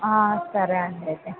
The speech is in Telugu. సరే అండి అయితే